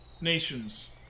Nations